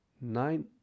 Nine